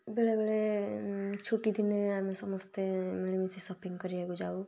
ବେଳେ ବେଳେ ଛୁଟିଦିନ ଆମେ ସମସ୍ତେ ମିଳିମିଶି ସପିଙ୍ଗ କରିବାକୁ ଯାଉ